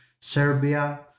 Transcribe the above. Serbia